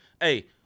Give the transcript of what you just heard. Hey